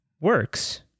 works